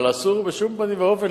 אבל אסור בשום פנים ואופן,